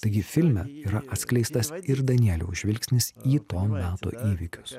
taigi filme yra atskleistas ir danieliaus žvilgsnis į to meto įvykius